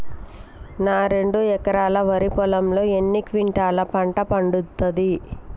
నా రెండు ఎకరాల వరి పొలంలో ఎన్ని క్వింటాలా పంట పండుతది?